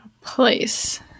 place